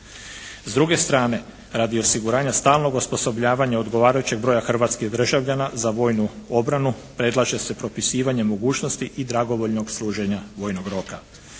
S druge strane radi osiguranja stalnog osposobljavanja odgovarajućeg broja Hrvatskih državljana za vojnu obranu, predlaže se propisivanje mogućnosti i dragovoljnog služenja vojnog roka.